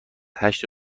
هشت